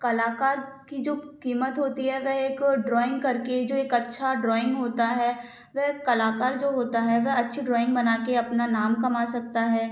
कलाकार की जो कीमत होती है वह एक ड्राॅइंग करके जो एक अच्छा ड्राॅइंग होता है वह कलाकार जो होता है वह अच्छी ड्राॅइंग बना के अपना नाम कमा सकता है